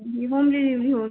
जी home delivery होगी